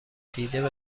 دیده